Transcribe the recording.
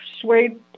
suede